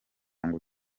ngo